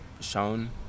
shown